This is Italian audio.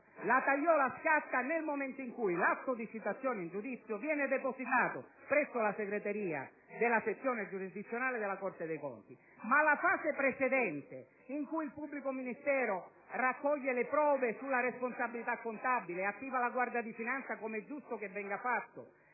la tagliola scatta nel momento in cui l'atto di citazione in giudizio viene depositato presso la segreteria della sezione giurisdizionale della Corte dei conti, ma la fase precedente in cui il pubblico ministero raccoglie le prove sulla responsabilità contabile, attiva la Guardia di finanza (come è giusto che venga fatto),